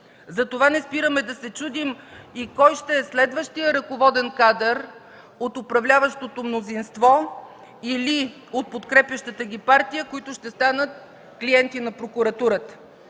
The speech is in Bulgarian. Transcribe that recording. Затова не спираме да се чудим кой ще е следващият ръководен кадър от управляващото мнозинство или от подкрепящата ги партия, които ще станат клиенти на прокуратурата?